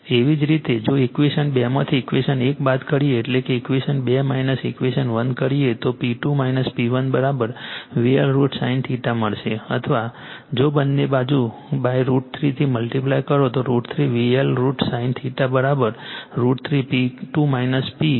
એવી જ રીતે જો ઇક્વેશન 2 માંથી ઇક્વેશન 1 બાદ કરીએ એટલે કે ઇક્વેશન 2 ઇક્વેશન 1 કરીએતો P2 P1 VL IL sin મળશે અથવા જો બંને બાજુ √ 3 થી મલ્ટીપ્લાઇડ કરો તો √ 3 VL IL sin √ 3 P2 P P1 છે